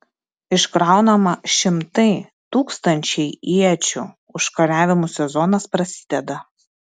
iškraunama šimtai tūkstančiai iečių užkariavimų sezonas prasideda